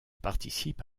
participe